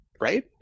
right